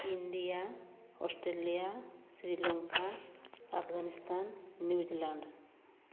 India Australia Sri Lanka Afghanistan New Zealand